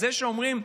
זה שאומרים: